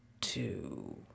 two